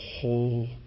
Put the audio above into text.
whole